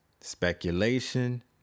speculation